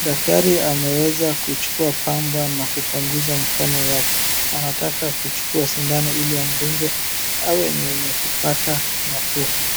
Daktari ameweza kuchukua pamba na kupanguza mkono yake. Anataka kuchukua sindano ili amdunge awe ni wenye kupata nafuu.